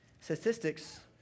Statistics